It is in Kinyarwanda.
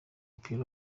w’umupira